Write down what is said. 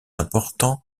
importants